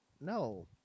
No